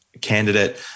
candidate